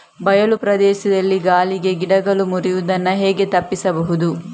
ಬಯಲು ಪ್ರದೇಶದಲ್ಲಿ ಗಾಳಿಗೆ ಗಿಡಗಳು ಮುರಿಯುದನ್ನು ಹೇಗೆ ತಪ್ಪಿಸಬಹುದು?